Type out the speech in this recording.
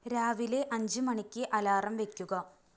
രാവിലെ അഞ്ച് മണിക്ക് അലാറം വെയ്ക്കുക